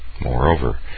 Moreover